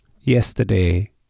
yesterday